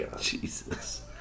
Jesus